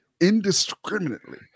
indiscriminately